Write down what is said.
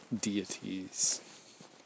deities